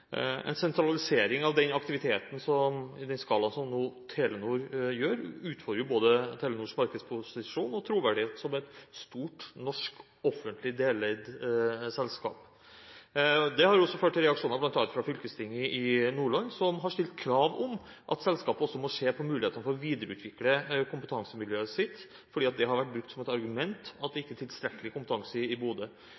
En sentralisering av den aktiviteten i den skala som Telenor nå gjør, utfordrer både Telenors markedsposisjon og troverdighet som et stort norsk offentlig deleid selskap. Det har også ført til reaksjoner bl.a. fra fylkestinget i Nordland, som har stilt krav om at selskapet også må se på muligheter for å videreutvikle kompetansemiljøet sitt, fordi det har vært brukt som argument at det ikke er tilstrekkelig kompetanse i